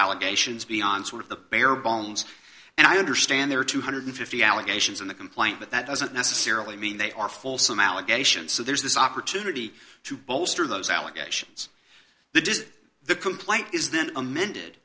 allegations beyond sort of the bare bones and i understand there are two hundred and fifty dollars allegations in the complaint but that doesn't necessarily mean they are fulsome allegations so there's this opportunity to bolster those allegations that is the complaint is then amended